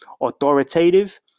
authoritative